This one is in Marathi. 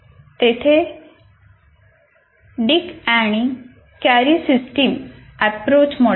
तेथे डिक आणि कॅरी सिस्टम ऍप्रोच मॉडेल आहे